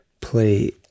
play